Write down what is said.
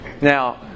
Now